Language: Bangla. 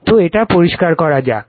তো এটা পরিষ্কার করা যাক